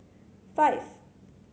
five